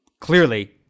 clearly